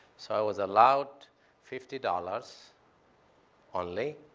so i was allowed fifty dollars only,